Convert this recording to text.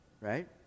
right